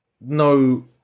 No